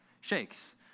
shakes